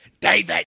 david